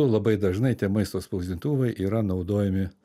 labai dažnai tie maisto spausdintuvai yra naudojami